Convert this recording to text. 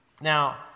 Now